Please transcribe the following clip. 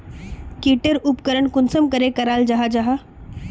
की टेर उपकरण कुंसम करे कराल जाहा जाहा?